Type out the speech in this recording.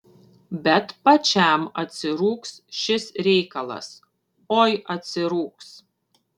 bet pačiam atsirūgs šis reikalas oi atsirūgs